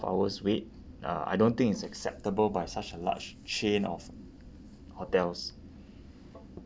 hours wait uh I don't think it's acceptable by such a large chain of hotels